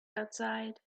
outside